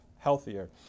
healthier